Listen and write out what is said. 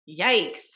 yikes